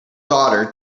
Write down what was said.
daughter